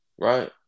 right